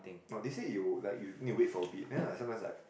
oh they said you like you need to wait for a bit then I sometimes like